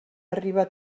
arriba